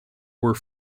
were